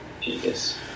Jesus